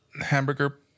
hamburger